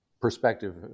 perspective